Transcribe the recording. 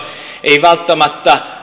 ei välttämättä